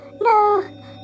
no